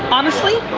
honestly,